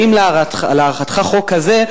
האם להערכתך חוק כזה,